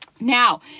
Now